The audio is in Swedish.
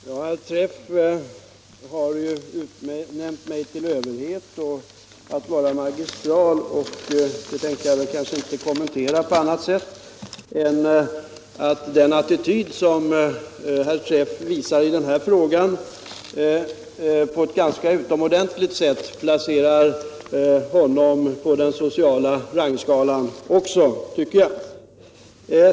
Herr talman! Herr Träff har ju utnämnt mig till överhet och sagt att jag talar i magistrala ordalag. Det tänker jag inte kommentera på annat sätt än att säga att den attityd som herr Träff intar i denna fråga på ett utomordentligt sätt placerar honom på den sociala rangskalan också.